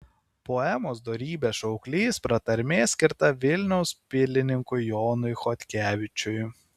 poemos dorybės šauklys pratarmė skirta vilniaus pilininkui jonui chodkevičiui